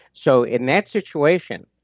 so in that situation,